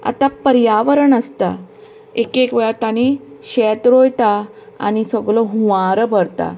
आता पर्यावरण आसता एक एक वेळार तांणी शेत रोयता आनी सगळो हुंवार भरता